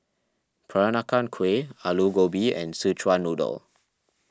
Peranakan Kueh Aloo Gobi and Szechuan Noodle